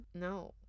no